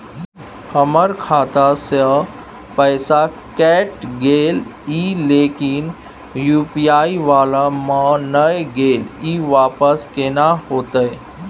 हमर खाता स पैसा कैट गेले इ लेकिन यु.पी.आई वाला म नय गेले इ वापस केना होतै?